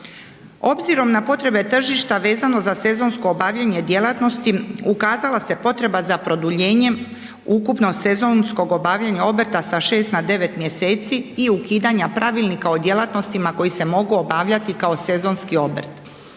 Obzirom na potrebe tržišta vezano za sezonsko obavljanje djelatnosti ukazala se potreba za produljenjem ukupnog sezonskog obavljanja obrta sa 6 na 9 mjeseci i ukidanja Pravilnika o djelatnostima koje se mogu obavljati kao sezonski obrt.